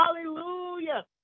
hallelujah